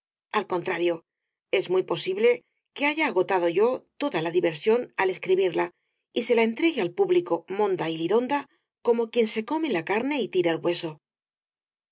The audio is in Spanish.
al contrario es muy posible que haya agotado yo toda la diversión al escri birla y se la entregue al público monda y lironda como quien se come la carne y tira el hueso